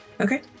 okay